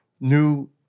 new